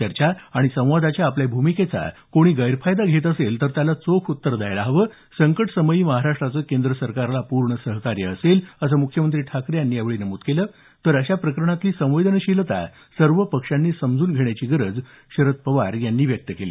चर्चा आणि संवादाच्या आपल्या भूमिकेचा कोणी गैरफायदा घेत असेल तर त्याला चोख उत्तर द्यायला हवं संकट समयी महाराष्ट्राचं केंद्र सरकाला पूर्ण सहकार्य असेल असं मुख्यमंत्री ठाकरे यांनी नमूद केल तर अशा प्रकरणातली संवेदनशीलता सर्व पक्षांनी समजून घेण्याची गरज शरद पवार यांनी व्यक्त केली